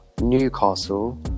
newcastle